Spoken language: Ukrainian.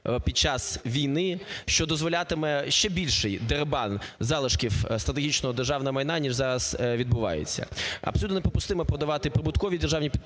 під час війни, що дозволятиме ще більшийдерибан залишків стратегічного державного майна, ніж зараз відбувається. Абсолютно неприпустимо продавати прибуткові державі підприємства,